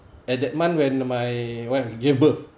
at that month when my wife give birth